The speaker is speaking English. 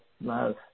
love